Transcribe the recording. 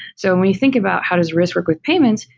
so and when you think about how does risk work with payments,